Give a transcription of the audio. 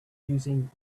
using